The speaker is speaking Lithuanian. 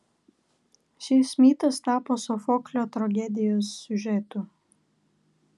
šis mitas tapo sofoklio tragedijos siužetu